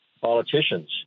politicians